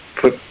put